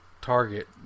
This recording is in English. Target